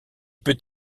peut